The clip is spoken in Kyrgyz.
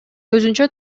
өзүнчө